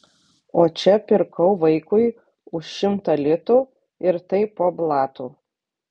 o čia pirkau vaikui už šimtą litų ir tai po blatu